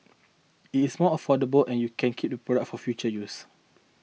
it is more affordable and you can keep the products for future use